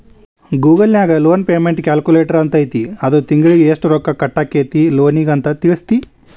Google ನ್ಯಾಗ loan payment calculator ಅಂತೈತಿ ಅದು ತಿಂಗ್ಳಿಗೆ ಯೆಷ್ಟ್ ರೊಕ್ಕಾ ಕಟ್ಟಾಕ್ಕೇತಿ ಲೋನಿಗೆ ಅಂತ್ ತಿಳ್ಸ್ತೆತಿ